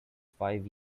five